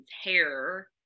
hair